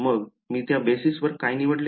मग मी त्या बेसिस वर काय निवडले